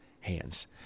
hands